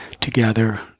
together